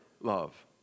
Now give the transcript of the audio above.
love